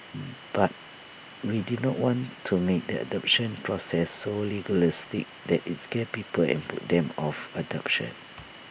but we did not want to make the adoption process so legalistic that IT scares people and puts them off adoption